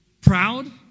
proud